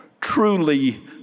truly